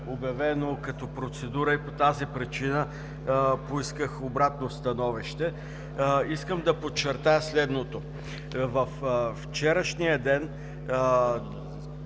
обявено като процедура и по тази причина поисках обратно становище. Искам да подчертая следното. Във вчерашния ден